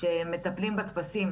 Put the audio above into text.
שמטפלים בטפסים.